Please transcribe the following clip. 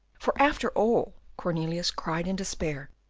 for after all, cornelius cried in despair,